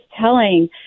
telling